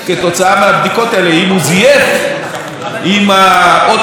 אם האות שהוא נתן אינה עומדת במבחן המציאות,